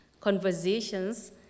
conversations